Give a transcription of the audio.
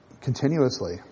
Continuously